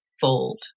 fold